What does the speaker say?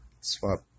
swap